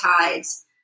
tides